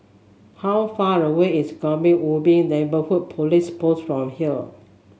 how far away is Kebun Ubi Neighbourhood Police Post from here